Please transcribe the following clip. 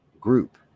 group